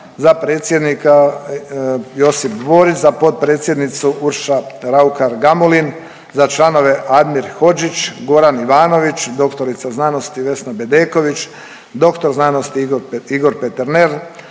za predsjednika Josip Borić, za potpredsjednicu Urša Raukar Gamulin, za članove Admir Hodžić, Goran Ivanović, dr.sc. Vesna Bedeković, dr.sc. Igor Peternel,